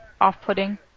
off-putting